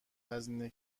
هزینه